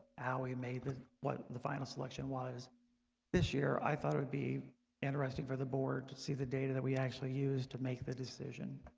how we made that what the final selection was this year i thought it would be interesting for the board to see the data that we actually used to make the decision